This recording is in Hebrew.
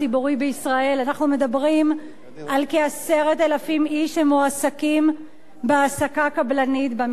אנחנו מדברים על כ-10,000 איש שמועסקים בהעסקה קבלנית במגזר הציבורי.